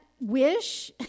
wish